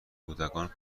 کودکان